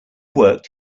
worked